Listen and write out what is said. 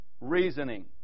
reasoning